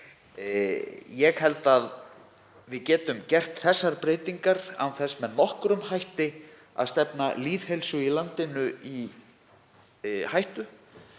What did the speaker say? Ég held að við getum gert þessar breytingar án þess með nokkrum hætti að stefna lýðheilsu í landinu í hættu